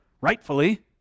rightfully